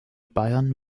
bayern